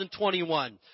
2021